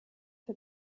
for